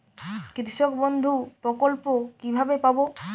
কৃষকবন্ধু প্রকল্প কিভাবে পাব?